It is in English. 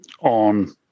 on